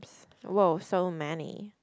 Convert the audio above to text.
!wow! so many